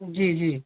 जी जी